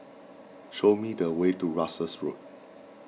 show me the way to Russels Road